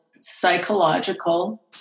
psychological